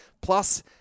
Plus